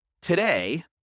today